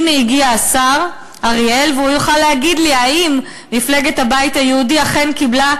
הנה הגיע השר אריאל והוא יוכל להגיד לי אם מפלגת הבית היהודי אכן קיבלה,